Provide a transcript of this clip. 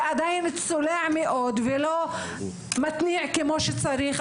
ועדיין צולע מאוד ולא מותנע כמו שצריך,